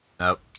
Nope